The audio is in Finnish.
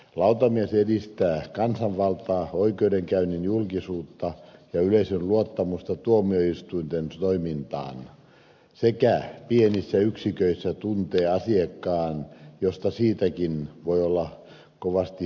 lautamies edistää kansanvaltaa oikeudenkäynnin julkisuutta ja yleisön luottamusta tuomioistuinten toimintaan sekä pienissä yksiköissä tuntee asiakkaan josta siitäkin voi olla kovasti hyötyä